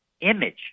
image